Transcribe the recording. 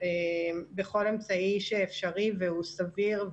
בכל אמצעי שאפשרי והוא סביר,